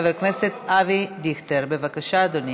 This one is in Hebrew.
חבר הכנסת אבי דיכטר, בבקשה, אדוני.